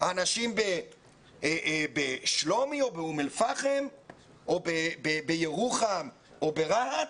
האנשים בשלומי או באום אל פאחם או בירוחם או ברהט?